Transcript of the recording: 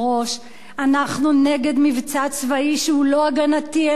אנחנו נגד מבצע צבאי שהוא לא הגנתי אלא יזום,